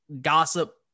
gossip